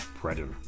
predator